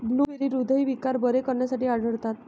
blueberry हृदयविकार बरे करण्यासाठी आढळतात